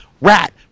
rat